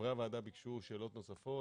חברי הוועדה ביקשו שאלות נוספות